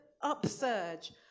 upsurge